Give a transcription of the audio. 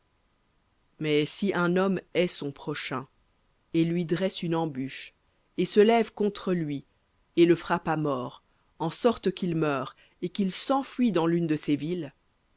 mais si un homme hait son prochain et lui dresse une embûche et se lève contre lui et le frappe à mort en sorte qu'il meure et qu'il s'enfuie dans l'une de ces villes